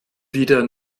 wieder